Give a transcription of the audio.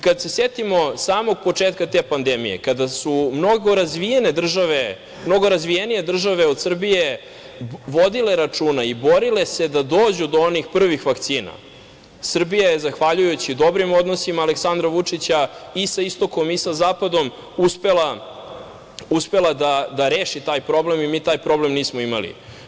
Kada se setimo samog početka te pandemije, kada su mnogo razvijenije države od Srbije vodile računa i borile se da dođu do onih prvih vakcina, Srbija je, zahvaljujući dobrim odnosima Aleksandra Vučića i sa istokom i sa zapadom, uspela da reši taj problem i mi taj problem nismo imali.